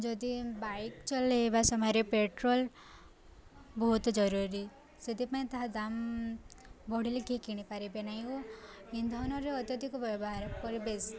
ଯଦି ବାଇକ୍ ଚଲାଇବା ସମୟରେ ପେଟ୍ରୋଲ୍ ବହୁତ ଜରୁରୀ ସେଥିପାଇଁ ତାହା ଦାମ ବଢ଼ିଲେ କିଏ କିଣିପାରିବେ ନାହିଁ ଓ ଇନ୍ଧନରେ ଅତ୍ୟଧିକ ବ୍ୟବହାର କରି ବେଶ